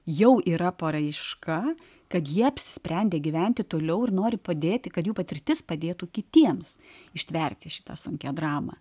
jau yra paraiška kad jie apsisprendė gyventi toliau ir nori padėti kad jų patirtis padėtų kitiems ištverti šitą sunkią dramą